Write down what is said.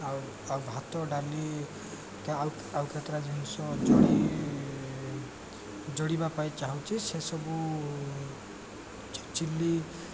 ଆଉ ଆଉ ଭାତ ଡାଲି ଆଉ ଆଉ କେତେଟା ଜିନିଷ ଯୋଡ଼ି ଯୋଡ଼ିବା ପାଇଁ ଚାହୁଁଛି ସେସବୁ ଚି ଚିଲି